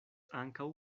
ankaŭ